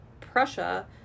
Prussia